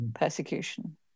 persecution